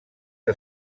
que